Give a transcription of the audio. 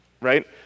right